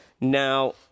Now